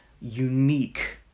unique